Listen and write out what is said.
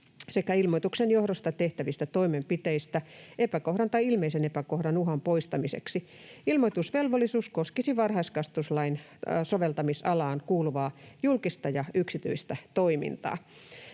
sekä ilmoituksen johdosta tehtävistä toimenpiteistä epäkohdan tai ilmeisen epäkohdan uhan poistamiseksi. Ilmoitusvelvollisuus koskisi varhaiskasvatuslain soveltamis-alaan kuuluvaa julkista ja yksityistä toimintaa.